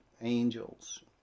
angels